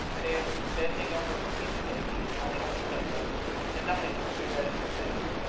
but anne was bending over a sleepy davy nodding on the sofa and nothing was to be read in her face.